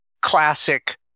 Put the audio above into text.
classic